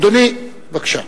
אדוני, בבקשה.